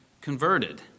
converted